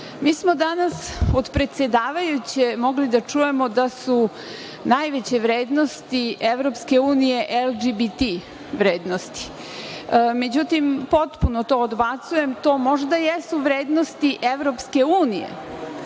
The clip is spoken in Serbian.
smo danas od predsedavajuće mogli da čujemo da su najveće vrednosti EU LGBT vrednosti. Međutim, potpuno to odbacujem. To možda jesu vrednosti i EU, ali